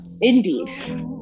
Indeed